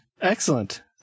excellent